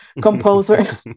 composer